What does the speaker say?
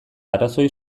arrazoi